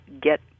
get